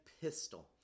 pistol –